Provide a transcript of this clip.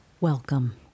Welcome